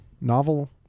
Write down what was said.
Novel